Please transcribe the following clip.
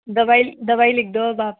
दवाई दवाई लिख दो अब आप